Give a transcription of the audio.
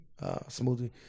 smoothie